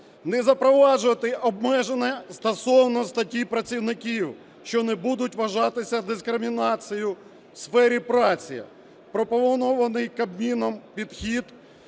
не запроваджувати обмеження стосовно статі працівників, що не будуть вважатися дискримінацією в сфері праці. Пропонований Кабміном підхід,